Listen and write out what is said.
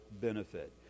benefit